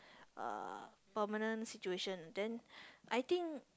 uh permanent situation then I think